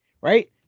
Right